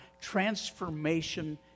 transformation